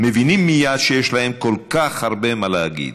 מבינים מייד שיש להם כל כך הרבה מה להגיד.